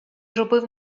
робив